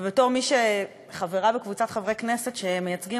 ובתור מי שחברה בקבוצת חברי כנסת שמייצגים